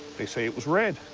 they say it was red